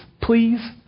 please